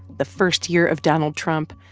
the first year of donald trump,